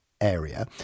area